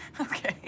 Okay